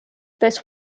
this